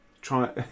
try